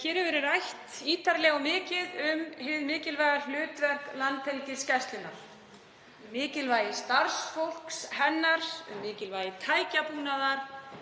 Hér hefur verið rætt ítarlega og mikið um hið mikilvæga hlutverk Landhelgisgæslunnar, um mikilvægi starfsfólks hennar, um mikilvægi tækjabúnaðar,